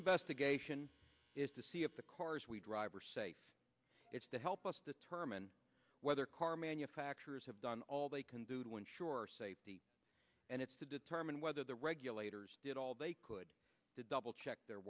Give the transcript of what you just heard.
investigation is to see if the cars we drive are safe it's to help us determine whether car manufacturers have done all they can do to ensure safety and it's to determine whether the regulators did all they could to double check their